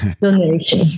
Donation